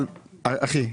אחי,